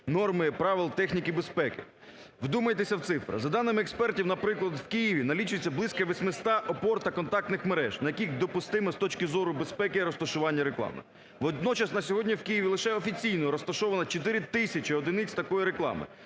норми правил техніки безпеки. Вдумайтеся в цифри. За даними експертів, наприклад, в Києві налічується близько 800 опор та контактних мереж, на яких допустиме з точки зору безпеки розташування реклами. Водночас на сьогодні в Києві лише офіційно розташовано 4 тисячі одиниць такої реклами.